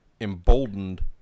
emboldened